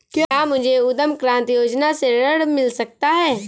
क्या मुझे उद्यम क्रांति योजना से ऋण मिल सकता है?